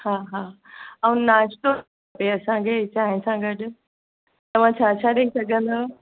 हा हा ऐं नाश्तो खपे असांखे चांहि सां गॾु तव्हां छा छा ॾेई सघंदव